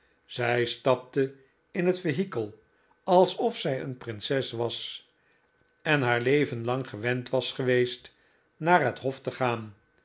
zij stapte in het vehikel alsof zij een prinses was en haar leven lang gewend was geweest naar het hof te gaan